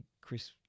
Chris